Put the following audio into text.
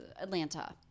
atlanta